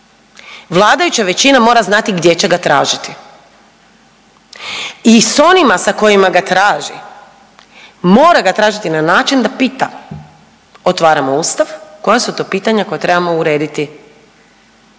vladajuća većina mora znati gdje će ga tražiti i s onima sa kojima ga traži mora ga tražiti na način da pita, otvaramo ustav, koja su to pitanja koja trebamo urediti